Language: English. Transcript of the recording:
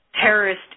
terrorist